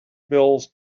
bills